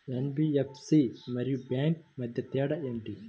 NBFC మరియు bank మధ్య తేడా ఏమిటి?